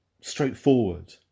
straightforward